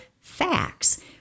facts